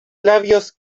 labios